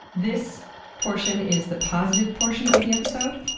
this portion is the positive portion of the episode.